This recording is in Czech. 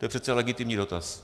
To je přece legitimní dotaz.